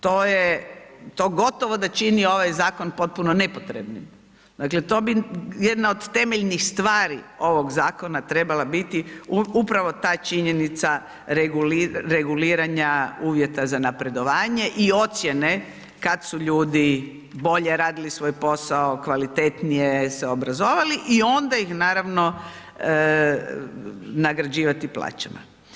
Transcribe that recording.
To je, to gotovo da čini ovaj zakon potpuno nepotrebnim, dakle to bi jedna od temeljnih stvari ovog zakona trebala biti upravo ta činjenica reguliranja uvjeta za napredovanje i ocjene kad su ljudi bolje radili svoj posao, kvalitetnije se obrazovali i onda ih naravno nagrađivati plaćama.